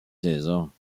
saisons